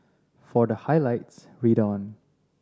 for the highlights read on